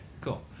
cool